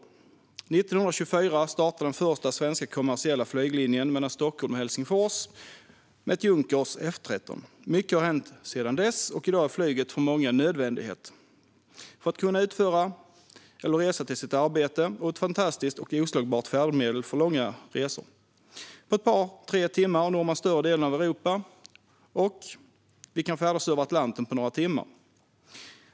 År 1924 startade den första svenska kommersiella flyglinjen mellan Stockholm och Helsingfors med ett Junkers F 13. Mycket har hänt sedan dess, och i dag är flyget för många en nödvändighet för att de ska kunna utföra eller resa till sitt arbete. Det är också ett fantastiskt och oslagbart färdmedel för långa resor. På ett par tre timmar når man större delen av Europa, och vi kan färdas över Atlanten på några timmar.